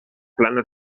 planes